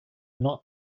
not